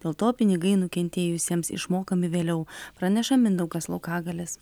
dėl to pinigai nukentėjusiems išmokami vėliau praneša mindaugas laukagalis